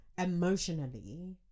Emotionally